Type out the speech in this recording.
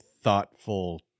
thoughtful